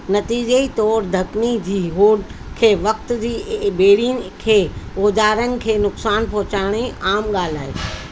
नतीजे तौरि धकनि जी होड़ जे वक़्ति ॿेड़ियुनि खे औज़ारनि खे नुक़सानु पहुचण आम ॻाल्हि आहे